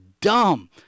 dumb